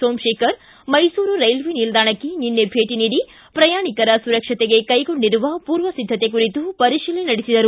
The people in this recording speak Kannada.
ಸೋಮಶೇಖರ್ ಮೈಸೂರು ರೈಲ್ವೇ ನಿಲ್ದಾಣಕ್ಕೆ ನಿನ್ನೆ ಭೇಟಿ ನೀಡಿ ಪ್ರಯಾಣಿಕರ ಸುರಕ್ಷತೆಗೆ ಕೈಗೊಂಡಿರುವ ಪೂರ್ವ ಸಿದ್ದತೆ ಕುರಿತು ಪರಿಶೀಲನೆ ನಡೆಸಿದರು